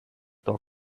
doc